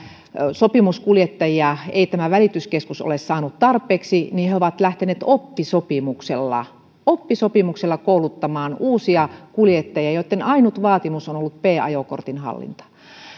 sopimuskuljettajia ei tämä välityskeskus ole saanut tarpeeksi niin se on lähtenyt oppisopimuksella oppisopimuksella kouluttamaan uusia kuljettajia joitten ainut vaatimus on ollut b ajokortin hallinta